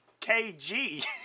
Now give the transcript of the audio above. KG